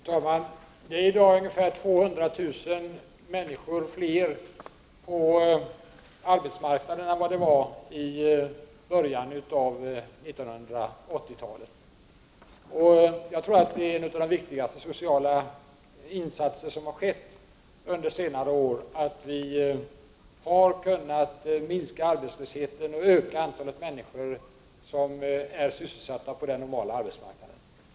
Fru talman! I dag är ungefär 200 000 fler människor på arbetsmarknaden än i början av 80-talet. Jag tror att en av de viktigaste sociala insatser som har gjorts under senare år är att minska arbetslösheten och öka antalet människor som är sysselsatta på den normala arbetsmarknaden.